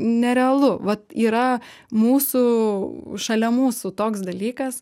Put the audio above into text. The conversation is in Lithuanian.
nerealu vat yra mūsų šalia mūsų toks dalykas